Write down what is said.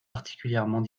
particulièrement